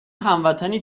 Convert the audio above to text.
هموطنی